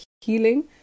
healing